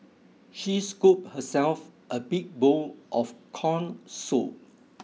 she scooped herself a big bowl of corn soup